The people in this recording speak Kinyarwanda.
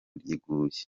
riguye